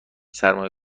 سرمایه